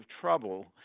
trouble